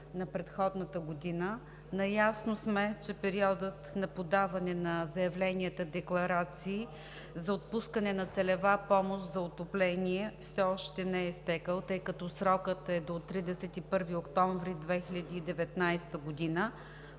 на предходната година? Наясно сме, че периодът на подаване на заявленията-декларации за отпускане на целева помощ за отопление все още не е изтекъл, тъй като срокът е до 31 октомври 2019 г., но